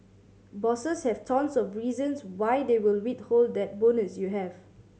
bosses have tons of reasons why they will withhold that bonus you have